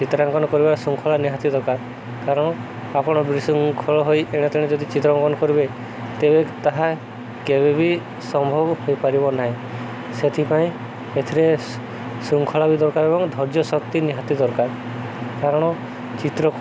ଚିତ୍ରାଙ୍କନ କରିବାର ଶୃଙ୍ଖଳା ନିହାତି ଦରକାର କାରଣ ଆପଣ ବିଶୃଙ୍ଖଳ ହୋଇ ଏଣେ ତେଣେ ଯଦି ଚିତ୍ରାଙ୍କନ କରିବେ ତେବେ ତାହା କେବେ ବି ସମ୍ଭବ ହୋଇପାରିବ ନାହିଁ ସେଥିପାଇଁ ଏଥିରେ ଶୃଙ୍ଖଳା ବି ଦରକାର ଏବଂ ଧୈର୍ଯ୍ୟ ଶକ୍ତି ନିହାତି ଦରକାର କାରଣ ଚିତ୍ର